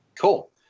Cool